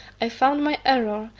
i found my error,